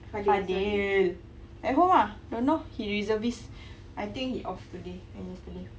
fadhil at home ah don't know I think he reservist I think he off today and yesterday